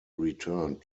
returned